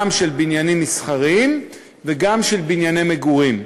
גם של בניינים מסחריים וגם של בנייני מגורים.